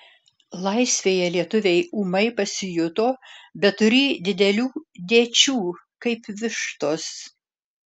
laisvėje lietuviai ūmai pasijuto beturį didelių dėčių kaip vištos